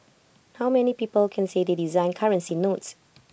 how many people can say they designed currency notes